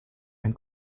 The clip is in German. ein